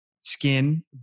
skin